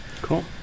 Cool